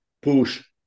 push